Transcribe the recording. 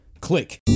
Click